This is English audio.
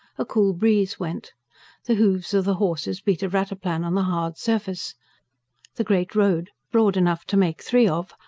a cool breeze went the hoofs of the horses beat a rataplan on the hard surface the great road, broad enough to make three of,